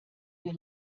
wir